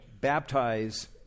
baptize